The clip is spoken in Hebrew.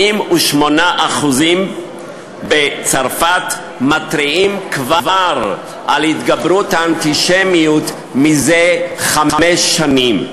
88% בצרפת מתריעים על התגברות האנטישמיות מזה חמש שנים.